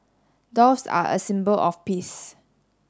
doves are a symbol of peace